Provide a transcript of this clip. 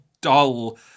dull